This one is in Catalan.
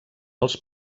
els